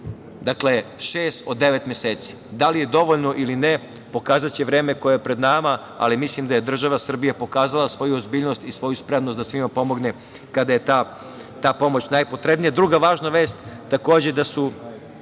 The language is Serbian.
Dakle, šest od devet meseci. Da li je dovoljno ili ne pokazaće vreme koje je pred nama, ali mislim da je država Srbija pokazala svoju ozbiljnost i svoju spremnost da svima pomogne kada je ta pomoć najpotrebnija. Druga važna vest je da je